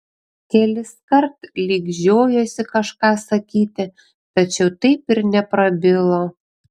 keliskart lyg žiojosi kažką sakyti tačiau taip ir neprabilo